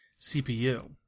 CPU